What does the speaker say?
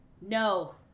no